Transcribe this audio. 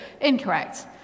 incorrect